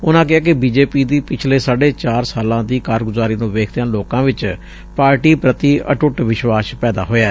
ਉਨੂਾ ਕਿਹਾ ਕਿ ਬੀ ਜੇ ਪੀ ਦੀ ਪਿਛਲੇ ਸਾਢੇ ਚਾਰ ਸਾਲਾ ਦੀ ਕਾਰਗੁਜ਼ਾਰੀ ਨੂੰ ਵੇਖਦਿਆਂ ਲੋਕਾਂ ਵਿਚ ਪਾਰਟੀ ਪ੍ਰਤੀ ਅਟੁਟ ਵਿਸ਼ਵਾਸ਼ ਪੈਦਾ ਹੋਇਐ